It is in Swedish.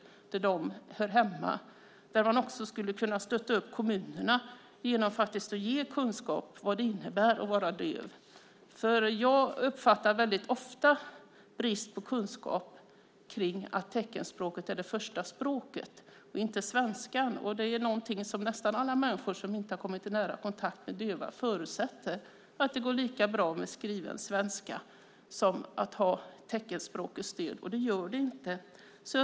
Man skulle också kunna stötta kommunerna genom att ge kunskap om vad det innebär att vara döv. Jag uppfattar väldigt ofta brist på kunskap kring att teckenspråket är det första språket, och inte svenskan. Nästan alla människor som inte har kommit i nära kontakt med döva förutsätter att det går lika bra med skriven svenska som med teckenspråkigt stöd. Men det gör det inte.